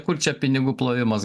kur čia pinigų plovimas